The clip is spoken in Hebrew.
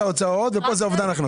פה זה ההוצאות, ופה זה אובדן ההכנסות.